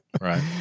Right